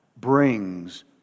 brings